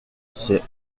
ses